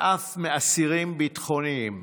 ואף מאסירים ביטחוניים.